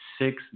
six